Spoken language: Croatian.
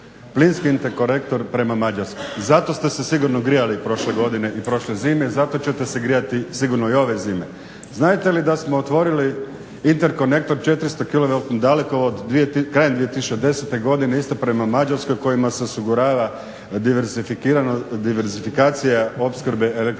plinski interkonektor prema Mađarskoj. Zato ste se sigurno grijali prošle godine i prošle zime, zato ćete se grijati sigurno i ove zime. Znadete li da smo otvorili interkonektor 400 … daleko krajem 2010. godine isto prema Mađarskoj kojima se osigurava diversifikacija opskrbe električnom